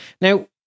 Now